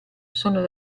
sono